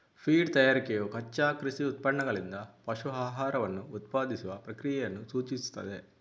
feed ತಯಾರಿಕೆಯು ಕಚ್ಚಾ ಕೃಷಿ ಉತ್ಪನ್ನಗಳಿಂದ ಪಶು ಆಹಾರವನ್ನು ಉತ್ಪಾದಿಸುವ ಪ್ರಕ್ರಿಯೆಯನ್ನು ಸೂಚಿಸುತ್ತದೆ